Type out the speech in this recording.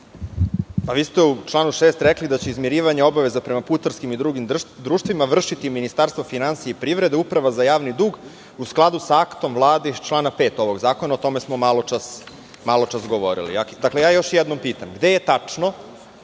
Vi ste u članu 6. rekli da će izmirivanje obaveza prema putarskim i drugim društvima vršiti Ministarstvo finansija i privrede, Uprava za javni dug, u skladu sa aktom Vlade iz člana 5. ovog zakona. O tome smo maločas govorili. Dakle, još jednom pitam – gde je tačno